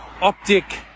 optic